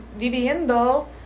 viviendo